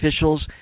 officials